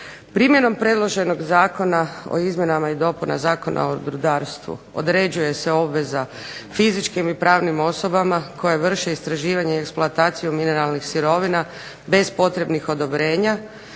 Primjenom predloženog Zakona o izmjenama i dopunama Zakona o rudarstvu određuje se obveza fizičkim i pravnim osobama koje vrše istraživanje i eksploataciju mineralnih sirovina, bez potrebnih odobrenja,